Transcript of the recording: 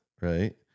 right